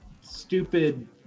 stupid